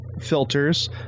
filters